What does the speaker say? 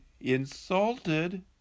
insulted